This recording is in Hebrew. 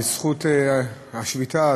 בזכות השביתה,